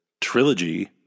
trilogy